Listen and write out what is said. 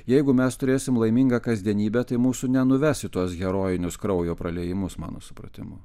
jeigu mes turėsim laimingą kasdienybę tai mūsų nenuves į tuos herojinius kraujo praliejimus mano supratimu